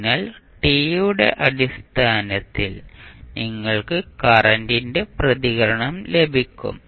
അതിനാൽ t യുടെ അടിസ്ഥാനത്തിൽ നിങ്ങൾക്ക് കറന്റിന്റെ പ്രതികരണം ലഭിക്കും